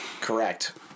Correct